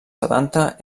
setanta